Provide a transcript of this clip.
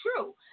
true